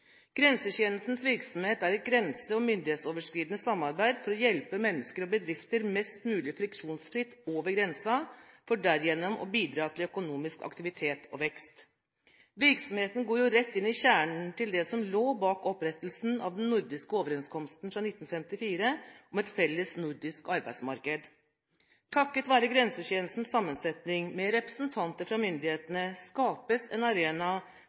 Grensetjenestens virksomhet er et grense- og myndighetsoverskridende samarbeid for å hjelpe mennesker og bedrifter mest mulig friksjonsfritt over grensen, for derigjennom å bidra til økonomisk aktivitet og vekst. Virksomheten går rett inn i kjernen til det som lå bak opprettelsen av den nordiske overenskomsten fra 1954 om et felles nordisk arbeidsmarked. Takket være Grensetjenestens sammensetning, med representanter fra myndighetene, skapes en arena